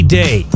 day